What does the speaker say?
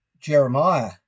Jeremiah